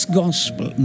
gospel